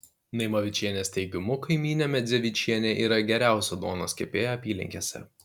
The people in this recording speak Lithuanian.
naimavičienės teigimu kaimynė medzevičienė yra geriausia duonos kepėja apylinkėse